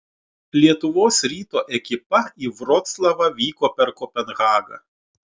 lietuvos ryto ekipa į vroclavą vyko per kopenhagą